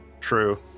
True